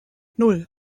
nan